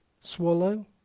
Swallow